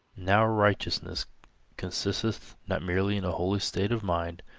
now righteousness consisteth not merely in a holy state of mind,